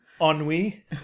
Ennui